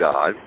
God